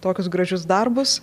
tokius gražius darbus